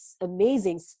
amazing